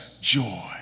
joy